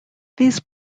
these